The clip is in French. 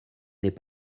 n’est